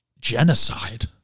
genocide